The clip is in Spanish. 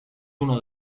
uno